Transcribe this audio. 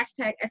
hashtag